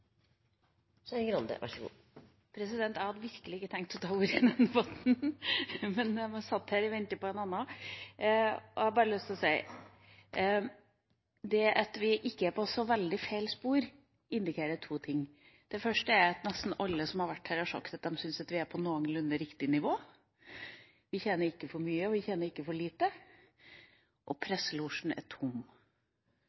så det ikke blir noen misforståelse. Jeg hadde virkelig ikke tenkt å ta ordet i debatten – jeg satt her og ventet på en annen. Jeg har bare lyst til å si: Det at vi ikke er på så veldig feil spor, indikerer to ting. Det første er at nesten alle som har hatt ordet, har sagt at de syns vi er på noenlunde riktig nivå. Vi tjener ikke for mye, og vi tjener ikke for lite. Og